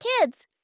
Kids